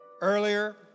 earlier